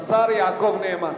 השר יעקב נאמן,